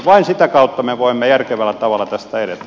vain sitä kautta me voimme järkevällä tavalla tästä edetä